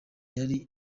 yari